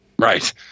Right